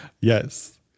Yes